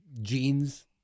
jeans